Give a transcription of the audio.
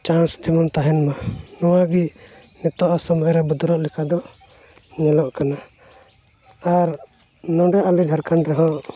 chance ᱡᱮᱢᱚᱱ ᱛᱟᱦᱮᱱᱢᱟ ᱱᱚᱣᱟ ᱜᱮ ᱱᱤᱛᱚᱜᱼᱟ ᱥᱚᱢᱚᱭ ᱨᱮ ᱵᱚᱫᱚᱞᱚᱜ ᱞᱮᱠᱟ ᱫᱚ ᱧᱮᱞᱚᱜ ᱠᱟᱱᱟ ᱟᱨ ᱱᱚᱰᱮ ᱟᱞᱮ ᱡᱷᱟᱲᱠᱷᱚᱸᱰ ᱨᱮ ᱦᱚᱸ